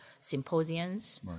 symposiums